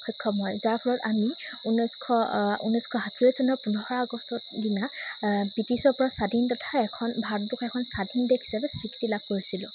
সক্ষম হয় যাৰ ফলত আমি ঊনৈছশ ঊনৈছশ সাতচল্লিছ চনৰ পোন্ধৰ আগষ্টৰ দিনা ব্ৰিটিছৰ পৰা স্বাধীন তথা এখন ভাৰতবৰ্ষ এখন স্বাধীন দেশ হিচাপে স্বীকৃতি লাভ কৰিছিলোঁ